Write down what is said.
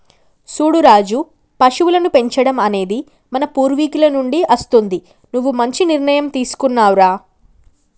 సూడు రాజు పశువులను పెంచడం అనేది మన పూర్వీకుల నుండి అస్తుంది నువ్వు మంచి నిర్ణయం తీసుకున్నావ్ రా